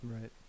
Right